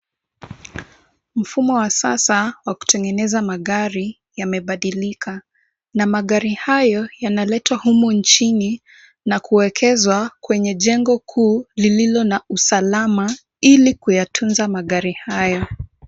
Mfumo wa sasa wa kutengeneza magari yamebadilika na magari hayo yanaletwa humu nchini na kuekezwa kwenye jengo kuu lililo na usalama ili kuyatunza magari haya.